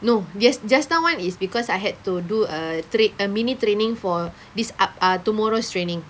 no jus~ just now [one] is because I had to do a trai~ a mini training for this up~ ah tomorrow's training